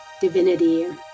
divinity